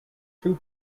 two